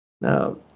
Now